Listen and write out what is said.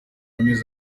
amezi